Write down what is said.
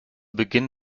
beginn